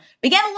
began